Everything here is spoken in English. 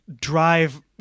drive